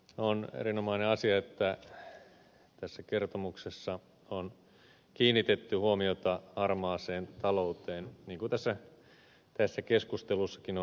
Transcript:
on erinomainen asia että tässä kertomuksessa on kiinnitetty huomiota harmaaseen talouteen niin kuin tässä keskustelussakin on tuotu esiin